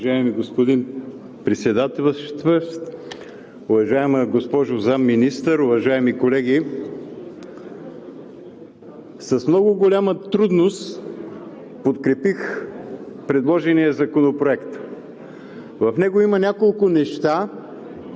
Уважаеми господин Председателстващ, уважаема госпожо Заместник-министър, уважаеми колеги! С много голяма трудност подкрепих предложения законопроект. В него има няколко неща,